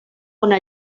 una